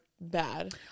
bad